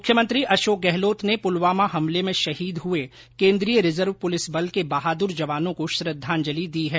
मुख्यमंत्री अशोक गहलोत ने पूलवामा हमले में शहीद हुए केन्द्रीय रिजर्व पुलिस बल के बहादुर जवानों को श्रद्दांजलि दी है